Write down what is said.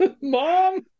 mom